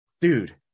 Dude